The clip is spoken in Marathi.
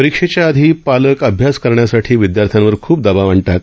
परीक्षेच्या आधी पालक अभ्यास करण्यासाठी विद्यार्थ्यावर खूप दबाव आणतात